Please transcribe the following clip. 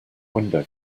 window